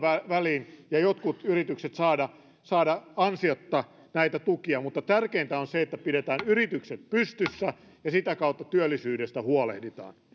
väliin ja jotkut yritykset saada saada ansiotta näitä tukia mutta tärkeintä on se että pidetään yritykset pystyssä ja sitä kautta työllisyydestä huolehditaan